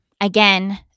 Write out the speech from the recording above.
Again